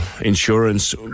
insurance